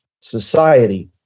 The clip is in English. society